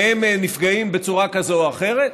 והם נפגעים בצורה כזו או אחרת,